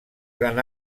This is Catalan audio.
gran